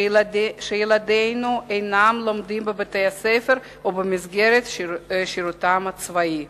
שילדינו אינם לומדים בבתי-הספר או במסגרת שירותם הצבאי.